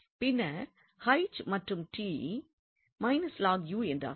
பின்னர் ℎ மற்றும் 𝑡 − ln 𝑢 என்றாகும்